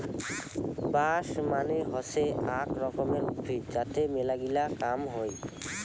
বাঁশ মানে হসে আক রকমের উদ্ভিদ যাতে মেলাগিলা কাম হই